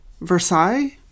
Versailles